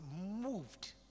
moved